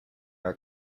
are